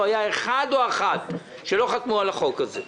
לא היה אחד או אחת שלא חתמו על הצעת החוק הזאת.